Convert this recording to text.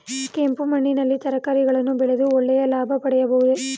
ಕೆಂಪು ಮಣ್ಣಿನಲ್ಲಿ ತರಕಾರಿಗಳನ್ನು ಬೆಳೆದು ಒಳ್ಳೆಯ ಲಾಭ ಪಡೆಯಬಹುದೇ?